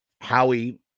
Howie